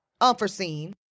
unforeseen